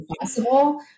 possible